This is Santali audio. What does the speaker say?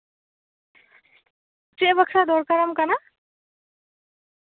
ᱪᱮᱫ ᱵᱟᱠᱷᱨᱟ ᱫᱚᱨᱠᱟᱨᱟᱢ ᱠᱟᱱᱟ